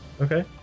Okay